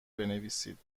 بنویسید